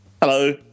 Hello